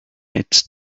its